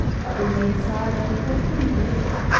but remained silent for three days.